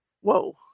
Whoa